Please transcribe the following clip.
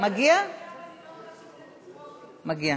אז חבל מאוד שגם צריך להמשיך עם זה.